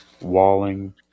walling